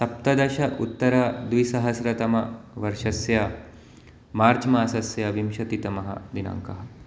सप्तदश उत्तर द्विसहस्रतम वर्षस्य मार्च् मासस्य विंशतितमः दिनाङ्कः